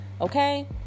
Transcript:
okay